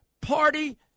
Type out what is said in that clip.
Party